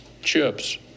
chips